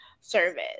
service